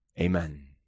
Amen